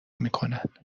میکنن